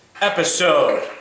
episode